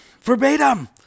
Verbatim